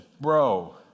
bro